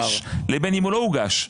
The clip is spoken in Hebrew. הוגש לבין אם הוא לא הוגש.